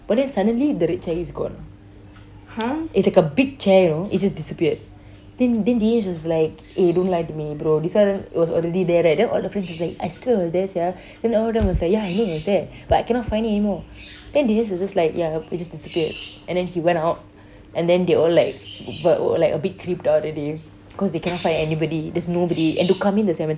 but then suddenly the red chair is gone it's like a big chair you know it just disappeared then then dinesh was just like eh don't lie to me bro this one was already there right then all the friends was like I swear it was there sia then all of them was like ya I know it was there but I cannot find it anymore then dinesh was just like ya it just disappeared and then he went out and then they all like like a bit creeped out that they cause they cannot find anybody there's nobody and to come into the